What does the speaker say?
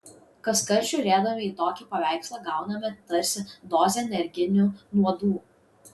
kaskart žiūrėdami į tokį paveikslą gauname tarsi dozę energinių nuodų